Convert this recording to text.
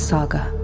Saga